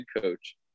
coach